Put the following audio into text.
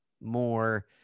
more